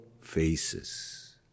faces